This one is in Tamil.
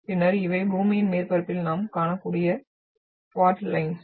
பின்னர் இவை பூமியின் மேற்பரப்பில் நாம் காணக்கூடிய பால்ட் லைன்ஸ்